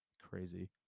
crazy